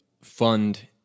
fund